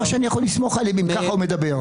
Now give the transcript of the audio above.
שאני יכול לסמוך עליהם אם כך הוא מדבר?